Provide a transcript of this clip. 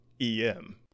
EM